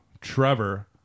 Trevor